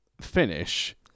finish